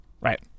right